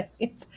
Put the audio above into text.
right